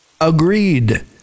Agreed